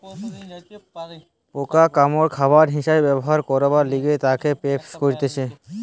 পোকা মাকড় খাবার হিসাবে ব্যবহার করবার লিগে তাকে প্রসেস করতিছে